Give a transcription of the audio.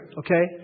okay